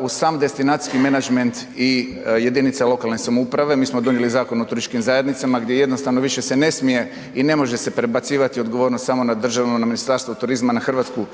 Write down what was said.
u sam destinacijski menadžment i jedinice lokalne samouprave. Mi smo donijeli Zakon o turističkim zajednicama gdje se jednostavno više ne smije i ne može prebacivati odgovornost samo na državu, na Ministarstvo turizma na Hrvatsku